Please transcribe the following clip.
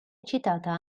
citata